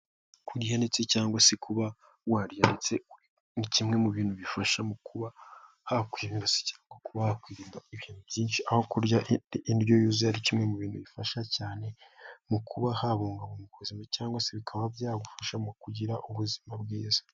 Kurya cyangwa se kuba warya ni kimwe mu bintu bifasha mu kuba hakwirasi cyangwa kubahokwirinda ibintu byinshi. Aho kurya indyo yuzuye ari kimwe mu bintu bifasha cyane mu kuba habungabunga ubuzima, cyangwa se bikaba byagufasha mu kugira ubuzima bwiza.